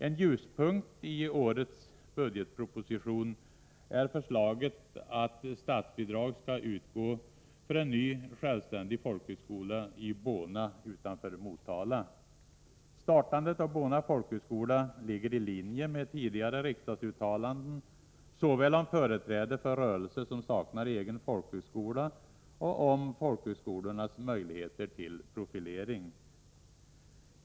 En ljuspunkt i årets budgetproposition är förslaget att statsbidrag skall utgå för en ny självständig folkhögskola i Bona utanför Motala. Startandet av Bona folkhögskola ligger i linje med tidigare riksdagsuttalanden, såväl om företräde för rörelse som saknar egen folkhögskola som om folkhögskolornas möjligheter till profilering.